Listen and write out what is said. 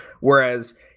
whereas